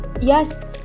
yes